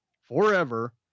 forever